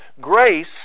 grace